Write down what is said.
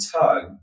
tug